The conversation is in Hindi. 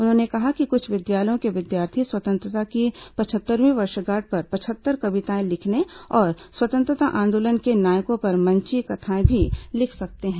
उन्होंने कहा कि कुछ विद्यालयों के विद्यार्थी स्वतंत्रता की पचहत्तरवीं वर्षगांठ पर पचहत्तर कविताएं लिखने और स्वतंत्रता आंदोलन के नायकों पर मंचीय कथाएं भी लिख सकते हैं